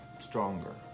stronger